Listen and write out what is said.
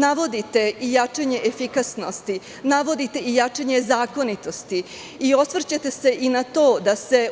Navodite i jačanje efikasnosti, navodite i jačanje zakonitosti i osvrćete se na to da se